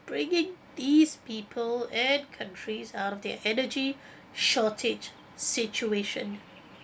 bringing these people and countries out of their energy shortage situation